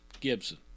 Gibson